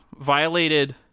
violated